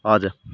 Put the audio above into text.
हजुर